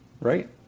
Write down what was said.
right